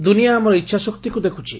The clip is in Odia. ଦୁନିଆ ଆମର ଇଛା ଶକ୍ତିକୁ ଦେଖୁଛି